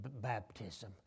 baptism